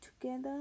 together